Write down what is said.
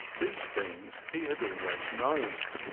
these things he had always known,